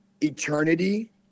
eternity